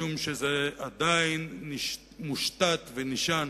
משום שזה עדיין מושתת ונשען,